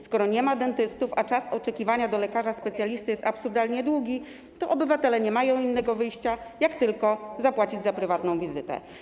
Skoro nie ma dentystów, a czas oczekiwania do lekarza specjalisty jest absurdalnie długi, to obywatele nie mają innego wyjścia jak tylko zapłacić za prywatną wizytę.